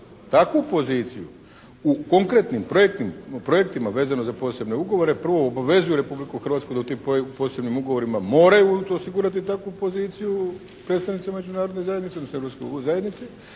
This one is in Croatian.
takvu poziciju u konkretnim projektima vezano za posebne ugovore, prvo obvezuje Republiku Hrvatsku da tim posebnim ugovorima moraju osigurati takvu poziciju predstavnicima Međunarodne zajednice, odnosno Europske zajednice